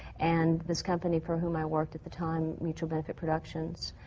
and this company for whom i worked at the time, mutual benefit productions,